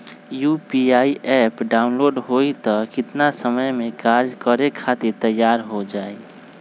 UPI app download होई त कितना समय मे कार्य करे खातीर तैयार हो जाई?